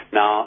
Now